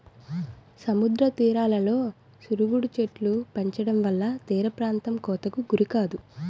సముద్ర తీరాలలో సరుగుడు చెట్టులు పెంచడంవల్ల తీరప్రాంతం కోతకు గురికాదు